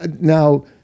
now